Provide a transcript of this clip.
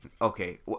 okay